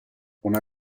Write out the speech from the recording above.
una